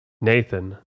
Nathan